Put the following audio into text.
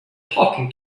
talking